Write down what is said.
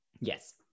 Yes